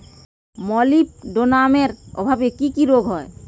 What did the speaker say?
মলিবডোনামের অভাবে কি কি রোগ হয়?